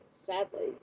sadly